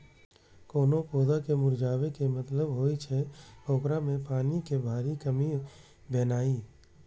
कोनो पौधा के मुरझाबै के मतलब होइ छै, ओकरा मे पानिक भारी कमी भेनाइ